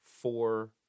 four